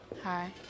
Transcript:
Hi